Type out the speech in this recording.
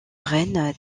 reine